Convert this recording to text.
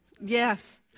Yes